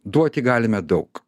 duoti galime daug